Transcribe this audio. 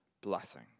blessing